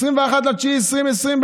בספטמבר 2020,